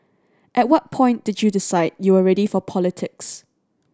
at what point did you decide you were ready for politics